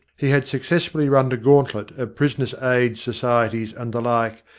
he had successfully run the gauntlet of prisoners' aid societies and the like,